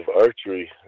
archery